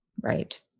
Right